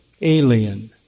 alien